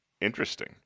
Interesting